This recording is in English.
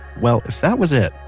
well if that was it,